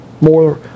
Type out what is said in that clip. more